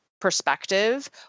perspective